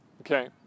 Okay